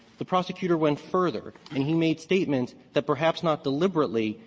the prosecutor went further and he made statements that perhaps not deliberately,